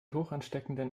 hochansteckenden